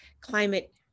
climate